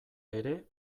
ere